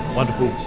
wonderful